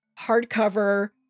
hardcover